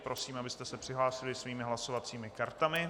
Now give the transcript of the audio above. Prosím, abyste se přihlásili svými hlasovacími kartami.